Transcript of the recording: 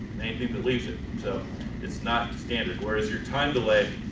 anything that leaves it, so it's not standard, whereas your time delay,